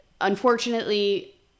unfortunately